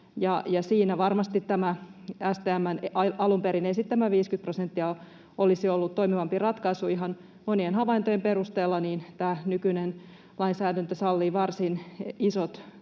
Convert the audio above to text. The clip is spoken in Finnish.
siinä varmasti tämä STM:n alun perin esittämä 50 prosenttia olisi ollut toimivampi ratkaisu. Ihan monien havaintojen perusteella tämä nykyinen lainsäädäntö sallii varsin isot